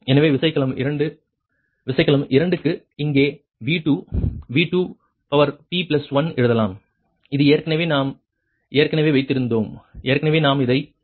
எனவே விசைக்கலம் 2 விசைக்கலம் 2 க்கு இங்கே V2 V2p1 எழுதலாம் இது ஏற்கனவே நாம் ஏற்கெனவே வைத்திருந்தோம் ஏற்கனவே நாம் இதைப் பற்றி விவாதித்தோம்